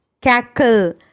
cackle